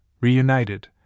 reunited